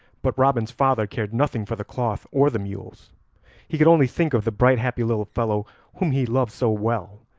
but robin's father cared nothing for the cloth or the mules he could only think of the bright happy little fellow whom he loved so well,